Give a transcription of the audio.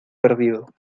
perdido